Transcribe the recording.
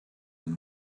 and